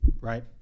right